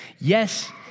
Yes